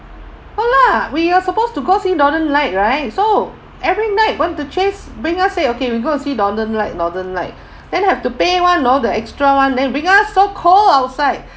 ya lah we are supposed to go see northern light right so every night going to chase bring us say okay we go and see northern light northern light then have to pay [one] you know the extra [one] then he bring us so called outside